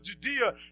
Judea